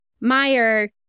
Meyer